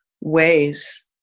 ways